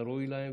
אתה ראוי להן,